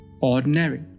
ordinary